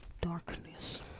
darkness